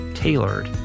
Tailored